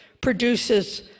produces